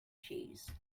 cheese